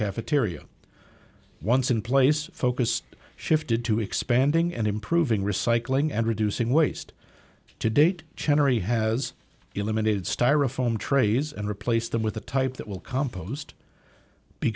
cafeteria once in place focus shifted to expanding and improving recycling and reducing waste to date charity has eliminated styrofoam trays and replaced them with the type that will compost b